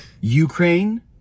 ukraine